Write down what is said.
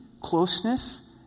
closeness